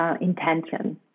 intention